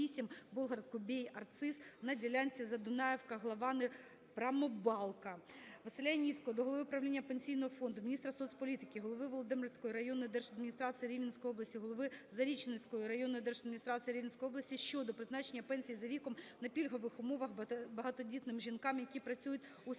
"Болград - Кубей - Арциз" (на ділянці Задунаївка - Главани - Прамобалка). Василя Яніцького до голови правління Пенсійного фонду, міністра соцполітики, голови Володимирецької районної держадміністрації Рівненської області, голови Зарічненської районної держадміністрації Рівненської області щодо призначення пенсій за віком на пільгових умовах багатодітним жінкам, які працюють у